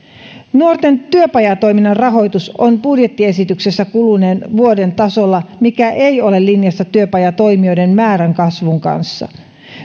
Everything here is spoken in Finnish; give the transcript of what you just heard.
nuorten työpajatoiminnan rahoitus on budjettiesityksessä kuluneen vuoden tasolla mikä ei ole linjassa työpajatoimijoiden määrän kasvun kanssa